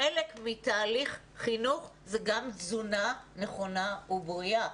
חלק מתהליך חינוך זה גם תזונה נכונה ובריאה,